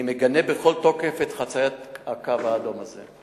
אני מגנה בכל תוקף את חציית הקו האדום הזה.